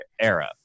era